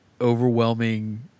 overwhelming